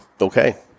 Okay